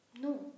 No